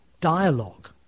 dialogue